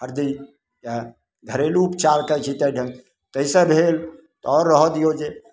हरदिके घरेलू उपचार कहै छी ताहि ढङ्गके ताहिसँ भेल आओर रहऽ दिऔ जे